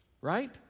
Right